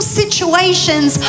situations